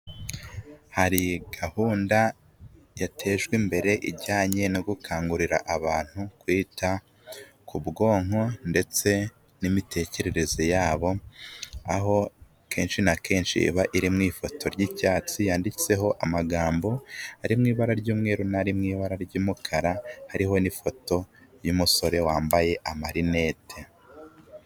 Hari gahunda yatejwe imbere, ijyanye no gukangurira abantu kwita ku bwonko, ndetse n'imitekerereze yabo, aho kenshi na kenshi iba iri mu ifoto y'icyatsi, yanditseho amagambo ari mu ibara ry'umweru, n'ari mu ibara ry'umukara, hariho n'ifoto y'umusore wambaye amarinete.